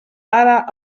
ara